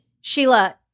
Sheila